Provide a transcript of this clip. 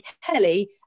Kelly